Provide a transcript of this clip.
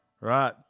right